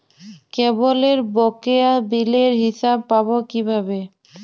কেবলের বকেয়া বিলের হিসাব পাব কিভাবে?